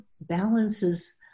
balances